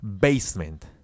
basement